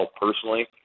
personally